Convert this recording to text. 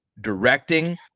directing